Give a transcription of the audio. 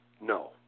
No